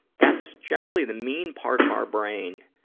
that's generally the mean part of our brain,